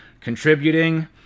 contributing